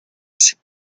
c’est